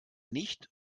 nicht